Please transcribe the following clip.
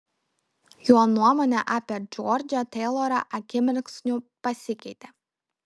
jo nuomonė apie džordžą teilorą akimirksniu pasikeitė